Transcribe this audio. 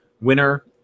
winner